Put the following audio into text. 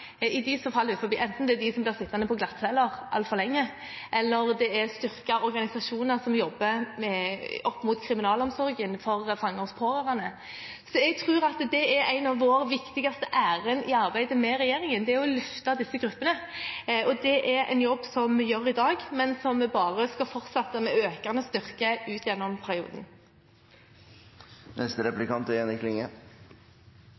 i dem som faller utenfor, enten det er dem som blir sittende på glattcelle altfor lenge, eller det er å styrke organisasjoner som jobber mot kriminalomsorgen, som For Fangers Pårørende. Jeg tror et av våre viktigste ærender i samarbeidet med regjeringen er å løfte disse gruppene. Det er en jobb vi gjør i dag, og som vi skal fortsette med, med økende styrke, gjennom perioden.